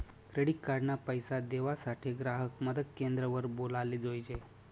credit card ना पैसा देवासाठे ग्राहक मदत क्रेंद्र वर बोलाले जोयजे